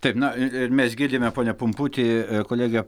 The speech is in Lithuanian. taip na mes girdime pone pumputi kolegė